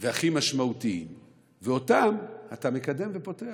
והכי משמעותיים ואותם אתה מקדם ופותח.